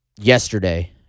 yesterday